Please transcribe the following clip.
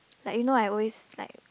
like you know I always like